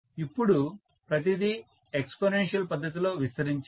ఇప్పుడు ప్రతిదీ ఎక్స్పొనెన్షియల్ పద్ధతిలో విస్తరించింది